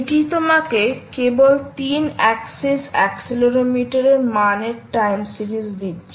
এটি তোমাকে কেবল 3 অ্যাক্সিস অ্যাক্সিলরোমিটার এর মান এর টাইম সিরিজ দিচ্ছে